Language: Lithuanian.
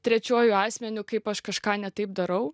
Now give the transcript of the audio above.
trečiuoju asmeniu kaip aš kažką ne taip darau